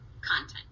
content